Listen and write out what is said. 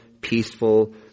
peaceful